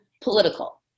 political